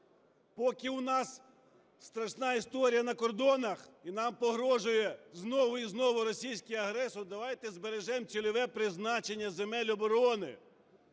Поки у нас страшна історія на кордонах і нам погрожує знову і знову російський агресор, давайте збережемо цільове призначення земель оборони